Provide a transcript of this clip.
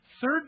third